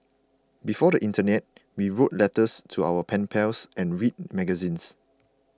before the internet we wrote letters to our pen pals and read magazines